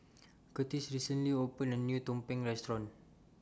Kurtis recently opened A New Tumpeng Restaurant